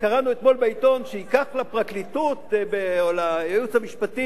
קראנו אתמול בעיתון שייקח לפרקליטות או לייעוץ המשפטי